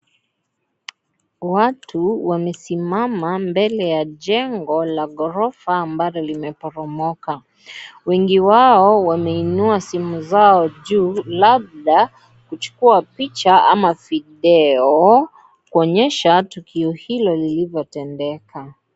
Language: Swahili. Watu wamesimama mbele ya jengobla ghorofa ambalo kimeporomoka, wengi wao wameinua simu zao juu labda kuchukua picha ama video kuonye tukio hilo lililotendeka.